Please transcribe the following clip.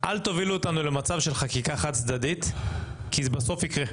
אל תובילו אותנו למצב של חקיקה חד צדדית כי זה בסוף יקרה,